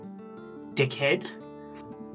dickhead